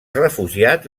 refugiats